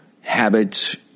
habits